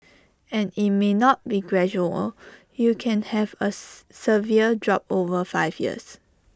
and IT may not be gradual you can have A C severe drop over five years